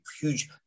huge